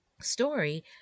story